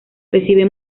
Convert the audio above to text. recibe